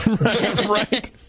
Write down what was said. Right